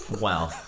Wow